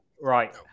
Right